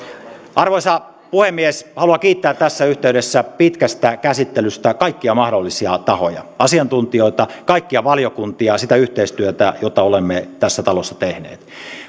arvoisa puhemies haluan kiittää tässä yhteydessä pitkästä käsittelystä kaikkia mahdollisia tahoja asiantuntijoita kaikkia valiokuntia siitä yhteistyöstä jota olemme tässä talossa tehneet